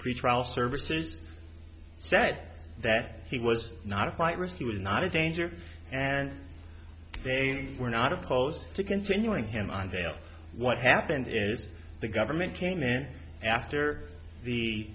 pretrial services said that he was not a flight risk he was not a danger and they were not opposed to continuing him on bail what happened is the government came in after the